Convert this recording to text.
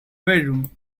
bedroom